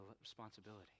responsibility